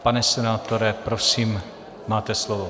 Pane senátore, prosím, máte slovo.